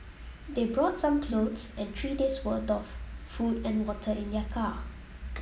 they brought some clothes and three days' worth of food and water in their car